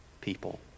people